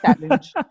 challenge